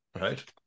Right